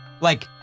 like-